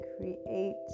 create